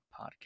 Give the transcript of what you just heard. Podcast